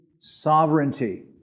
sovereignty